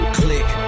click